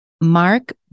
Mark